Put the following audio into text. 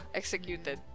executed